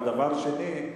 ודבר שני,